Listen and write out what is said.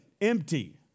empty